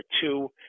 Two